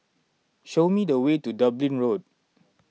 show me the way to Dublin Road